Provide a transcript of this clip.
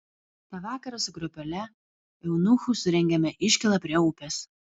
tą vakarą su grupele eunuchų surengėme iškylą prie upės